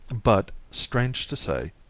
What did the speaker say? but, strange to say,